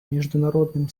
международным